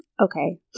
Okay